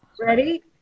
Ready